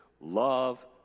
love